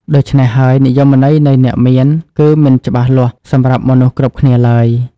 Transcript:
ដូច្នេះហើយ និយមន័យនៃ អ្នកមាន គឺមិនច្បាស់លាស់សម្រាប់មនុស្សគ្រប់គ្នាឡើយ។